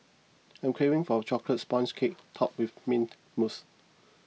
I am craving for a Chocolate Sponge Cake Topped with Mint Mousse